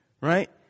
right